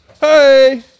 Hey